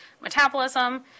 metabolism